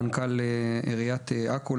מנכ"ל עיריית עכו,